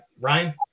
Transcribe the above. Ryan